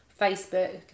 Facebook